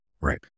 Right